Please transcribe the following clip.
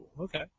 okay